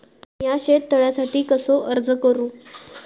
मीया शेत तळ्यासाठी कसो अर्ज करू?